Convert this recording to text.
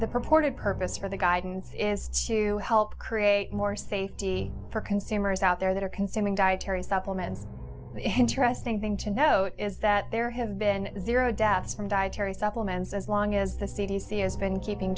the purported purpose for the guidance is to help create more safety for consumers out there that are consuming dietary supplements the interesting thing to note is that there have been zero deaths from dietary supplements as long as the c d c has been keeping